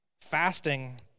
fasting